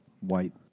white